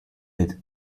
mit